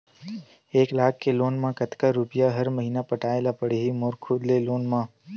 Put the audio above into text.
एक लाख के लोन मा कतका रुपिया हर महीना पटाय ला पढ़ही मोर खुद ले लोन मा?